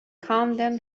condone